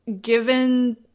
given